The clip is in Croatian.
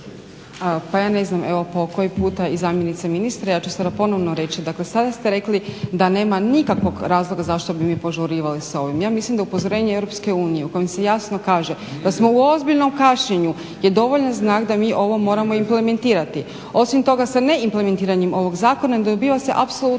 Pa ja ne znam po koji puta i zamjenica ministra i ja ću sada ponovno reći. Dakle sada ste rekli da nema nikakvog razloga zašto bi mi požurivali s ovim. Ja mislim da upozorenje EU u kojem se jasno kaže da smo u ozbiljnom kašnjenju je dovoljan znak da mi ovo moramo implementirati. Osim toga sa ne implementiranjem ovog zakona ne dobiva se apsolutno